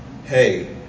Hey